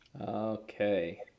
Okay